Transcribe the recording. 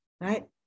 right